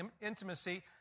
intimacy